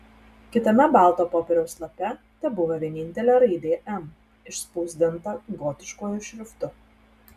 kitame balto popieriaus lape tebuvo vienintelė raidė m išspausdinta gotiškuoju šriftu